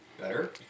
better